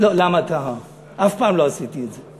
למה אתה, אף פעם לא עשיתי את זה.